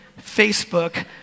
Facebook